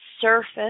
surface